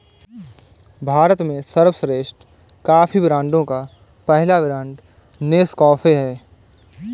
भारत में सर्वश्रेष्ठ कॉफी ब्रांडों का पहला ब्रांड नेस्काफे है